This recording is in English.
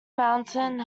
mountain